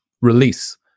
release